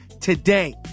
today